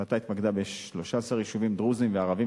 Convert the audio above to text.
ההחלטה התמקדה ב-13 יישובים דרוזיים וערביים